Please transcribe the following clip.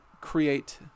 create